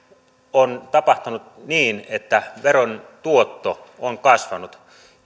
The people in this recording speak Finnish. on tapahtunut niin että veron tuotto on kasvanut